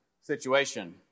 situation